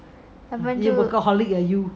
要不然就